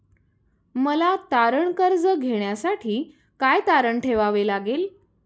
मला तारण कर्ज घेण्यासाठी काय तारण ठेवावे लागेल?